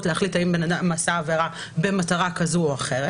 להחליט האם בן-אדם עשה עבירה במטרה כזו או אחרת.